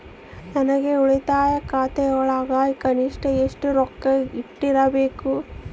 ನನ್ನ ಉಳಿತಾಯ ಖಾತೆಯೊಳಗ ಕನಿಷ್ಟ ಎಷ್ಟು ರೊಕ್ಕ ಇಟ್ಟಿರಬೇಕು?